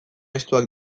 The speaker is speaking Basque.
estuak